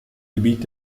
gebiet